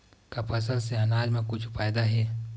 का फसल से आनाज मा कुछु फ़ायदा हे?